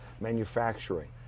manufacturing